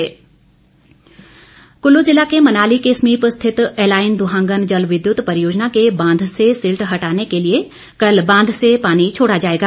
बांध कुल्लू ज़िला के मनाली के समीप स्थित एलाईन दुहांगन जल विद्युत परियोजना के बांध से सिल्ट हटाने के लिए कल बांध से पानी छोड़ा जाएगा